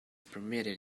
permitted